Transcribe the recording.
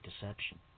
deception